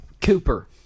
Cooper